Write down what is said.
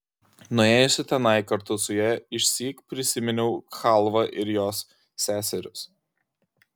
nuėjusi tenai kartu su ja išsyk prisiminiau chalvą ir jos seseris